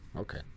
Okay